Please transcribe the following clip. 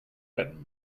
and